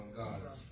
gods